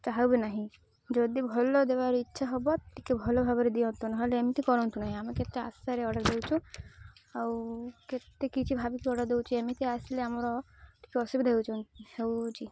ଚାହେବି ନାହିଁ ଯଦି ଭଲ ଦେବାର ଇଚ୍ଛା ହେବ ଟିକେ ଭଲ ଭାବରେ ଦିଅନ୍ତୁ ନହେଲେ ଏମିତି କରନ୍ତୁ ନାହିଁ ଆମେ କେତେ ଆଶାରେ ଅର୍ଡ଼ର ଦେଉଛୁ ଆଉ କେତେ କିଛି ଭାବିକି ଅର୍ଡ଼ର ଦେଉଛୁ ଏମିତି ଆସିଲେ ଆମର ଟିକେ ଅସୁବିଧା ହେଉଛନ୍ତି ହେଉଛି